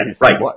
Right